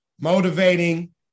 motivating